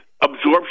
absorption